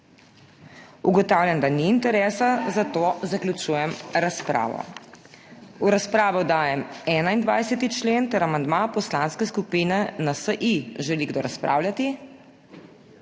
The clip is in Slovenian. Ugotavljam, da ni interesa, zato zaključujem razpravo. V razpravo dajem 21. člen ter amandma Poslanske skupine NSi. Želi kdo razpravljati?